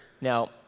now